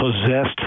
possessed